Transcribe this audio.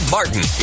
Martin